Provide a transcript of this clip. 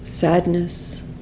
Sadness